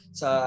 sa